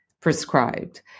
prescribed